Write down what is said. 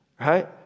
right